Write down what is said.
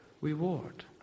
reward